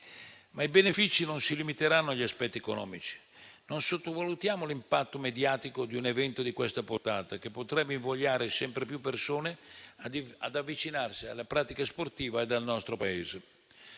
I benefici non si limiteranno però agli aspetti economici: non sottovalutiamo l'impatto mediatico di un evento di questa portata, che potrebbe invogliare sempre più persone ad avvicinarsi alla pratica sportiva nel nostro Paese.